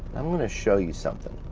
i'm gonna show you something.